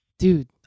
Dude